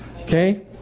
Okay